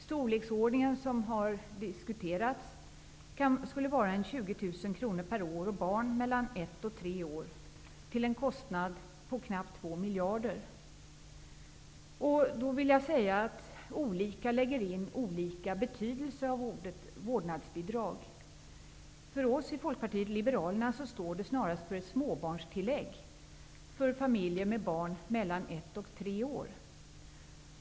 Storleksordningen, som har diskuterats, skulle vara ca 20 000 kr per år och barn, mellan ett och tre år, till en kostnad av knappt två miljarder kronor. Jag vill då påpeka att olika människor lägger in olika betydelse i ordet vårdnadsbidrag. För Folkpartiet liberalerna står det snarast för ett småbarnstillägg för familjer med barn mellan ett och tre år.